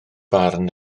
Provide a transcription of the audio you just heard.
barn